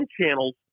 channels